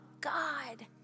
God